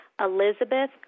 Elizabeth